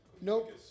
Nope